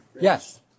Yes